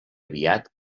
aviat